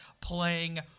playing